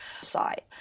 side